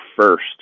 first